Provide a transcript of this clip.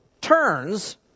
turns